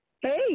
Hey